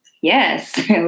Yes